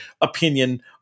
opinion